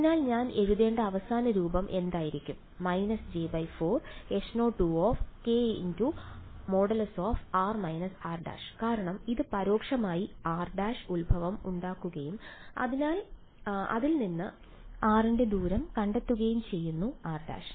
അതിനാൽ ഞാൻ എഴുതേണ്ട അവസാന രൂപം എന്തായിരിക്കും − j4H0k|r − r′| കാരണം ഇത് പരോക്ഷമായി r′ ഉത്ഭവം ഉണ്ടാക്കുകയും അതിൽ നിന്ന് r ന്റെ ദൂരം കണ്ടെത്തുകയും ചെയ്യുന്നു r′